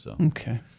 Okay